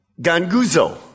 ganguzo